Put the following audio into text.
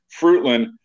fruitland